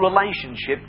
relationship